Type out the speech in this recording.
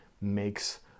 makes